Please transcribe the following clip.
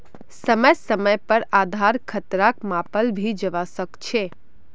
समय समय पर आधार खतराक मापाल भी जवा सक छे